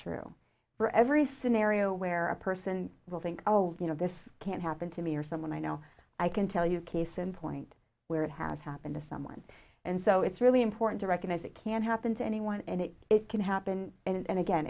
true for every scenario where a person will think oh you know this can't happen to me or someone i know i can tell you a case in point where it has happened to someone and so it's really important to recognize it can happen to anyone and it it can happen and a